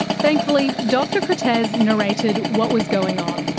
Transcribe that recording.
thankfully, dr kertesz narrated what was going on